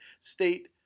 state